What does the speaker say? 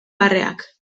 barreak